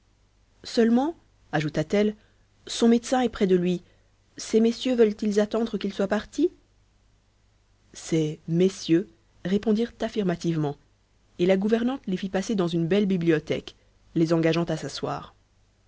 seulement ajouta-t-elle son médecin est près de lui ces messieurs veulent-ils attendre qu'il soit parti ces messieurs répondirent affirmativement et la gouvernante les fit passer dans une belle bibliothèque les engageant à s'asseoir